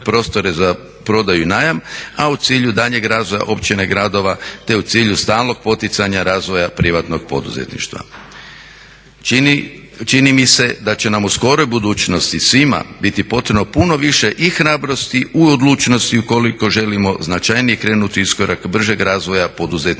prostore za prodaju i najam, a u cilju daljnjeg razvoja općina i gradova te u cilju stalnog poticanja razvoja privatnog poduzetništva. Čini mi se da će nam u skoroj budućnosti svima biti potrebno puno više i hrabrosti i odlučnosti ukoliko želimo značajnije krenuti u iskorak bržeg razvoja poduzetništva,